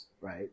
right